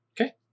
okay